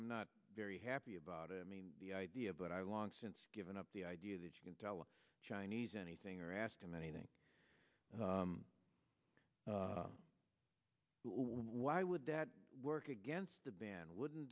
i'm not very happy about it i mean the idea but i long since given up the idea that you can tell a chinese anything or ask him anything why would that work against the band wouldn't